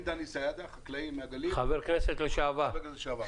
חקלאי מהגליל, חבר כנסת לשעבר.